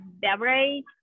beverage